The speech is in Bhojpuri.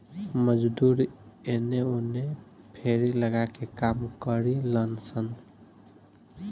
मजदूर एने ओने फेरी लगा के काम करिलन सन